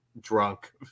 drunk